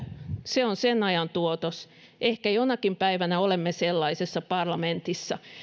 se on sen ajan tuotos ehkä jonakin päivänä olemme sellaisessa parlamentissa